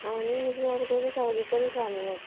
आनी तशें जाल्यार तेगे सायडीकूत आसा आनी येक